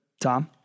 Tom